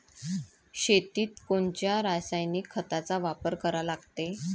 शेतीत कोनच्या रासायनिक खताचा वापर करा लागते?